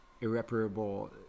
irreparable